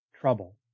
trouble